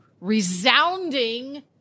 resounding